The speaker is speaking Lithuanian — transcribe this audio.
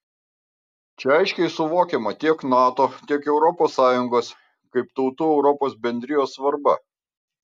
čia aiškiai suvokiama tiek nato tiek europos sąjungos kaip tautų europos bendrijos svarba